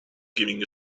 giving